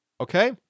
Okay